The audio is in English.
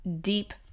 deep